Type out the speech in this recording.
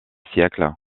siècles